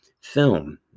film